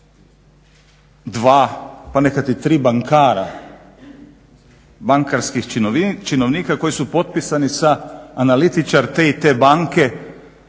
dva, pa nekad i tri bankara, bankarskih činovnika koji su potpisani sa analitičar te i te banke